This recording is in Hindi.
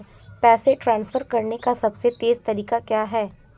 पैसे ट्रांसफर करने का सबसे तेज़ तरीका क्या है?